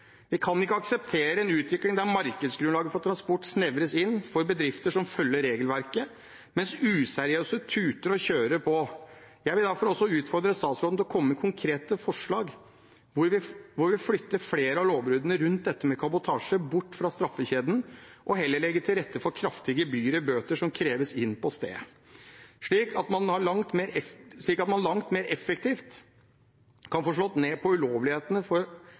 Vi kan ikke akseptere en utvikling der markedsgrunnlaget for transport snevres inn for bedrifter som følger regelverket, mens useriøse tuter og kjører på. Jeg vil derfor utfordre statsråden til å komme med konkrete forslag der vi flytter flere av lovbruddene rundt dette med kabotasje bort fra straffekjeden og heller legger til rette for kraftige gebyrer/bøter som kreves inn på stedet, slik at man langt mer effektivt kan få slått ned på ulovlighetene. For er det én ting useriøse aktører skjønner, er det penger. Høye gebyrer som kreves inn på stedet, svir og sørger for